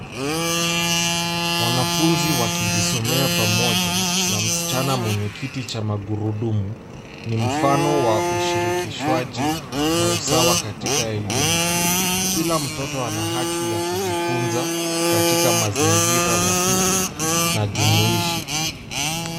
Wanafuzi wakijisomea pamoja na msichana mwenye kiti cha magurudumu ni mfano wa ushirikishwaji na usawa katika elimu. Kila mtoto ana haki ya kujifuza katika mazingira rafiki na jumuishi.